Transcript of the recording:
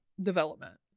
development